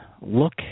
look